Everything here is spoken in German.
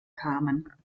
kamen